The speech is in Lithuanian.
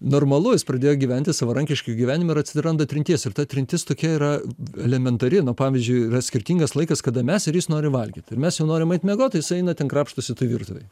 normalu jis pradėjo gyventi savarankišką gyvenimą ir atsiranda trintis ir ta trintis tokia yra elementari na pavyzdžiui yra skirtingas laikas kada mes ir jis nori valgyt ir mes jau norim eit miegot o jis eina ten krapštosi toj virtuvėje